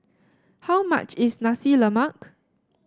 how much is Nasi Lemak